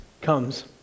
comes